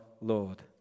Lord